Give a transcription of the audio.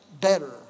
better